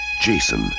Jason